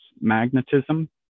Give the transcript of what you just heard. magnetism